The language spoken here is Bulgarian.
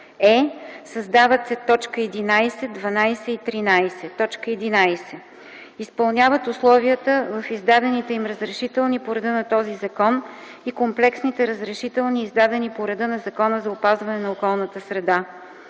е) създават се т. 11, 12 и 13: „11. изпълняват условията в издадените им разрешителни по реда на този закон и комплексните разрешителни, издадени по реда на Закона за опазване на околната среда;